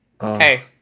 hey